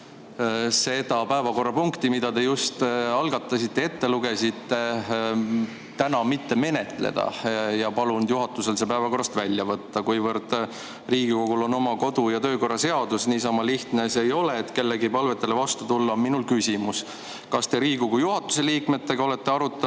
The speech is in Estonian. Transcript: seda päevakorrapunkti, mille [pealkirja] te just ette lugesite, täna mitte menetleda, ja on palunud juhatusel see päevakorrast välja võtta. Kuivõrd Riigikogul on oma kodu‑ ja töökorra seadus ja niisama lihtne ei ole kellegi palvetele vastu tulla, siis on minul küsimus. Kas te Riigikogu juhatuse liikmetega olete arutanud,